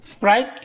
right